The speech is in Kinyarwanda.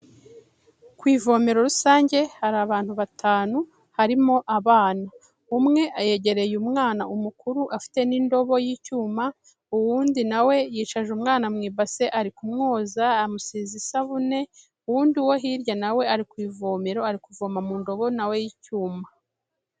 Ku ivomero rusange hari abantu batanu harimo abana, umwe yegereye umwana, umukuru afite n'indobo y'icyuma, uwundi nawe yicaje umwana mu ibase ari kumwoza amusize isabune, uwundi wo hirya nawe ari ku ivomero ari kuvoma mu ndobo nawe y'icyuma.